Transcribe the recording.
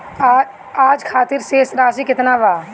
आज खातिर शेष राशि केतना बा?